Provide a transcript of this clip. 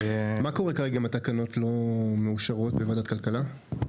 מה קורה כרגע אם התקנות לא מאושרות בוועדת הכלכלה?